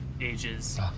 ages